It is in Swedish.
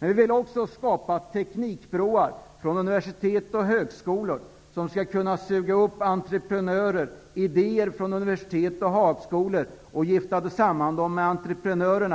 Vi vill också skapa teknikbroar, som kan förena idéer från universitet och högskolor med entreprenörer.